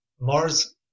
Mars